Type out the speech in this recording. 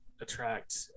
attract